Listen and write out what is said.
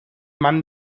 mann